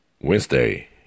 wednesday